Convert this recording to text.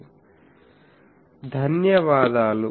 Thank you ధన్యవాదాలు